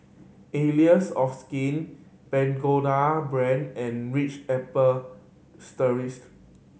Allies of Skin Pagoda Brand and Ritz Apple